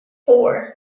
four